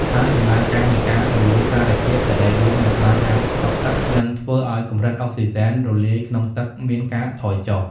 ហើយដំណើរការនៃការរលួយសារធាតុសរីរាង្គនៅបាតអាងស្តុកទឹកនឹងធ្វើឱ្យកម្រិតអុកស៊ីហ្សែនរលាយក្នុងទឹកមានការថយចុះ។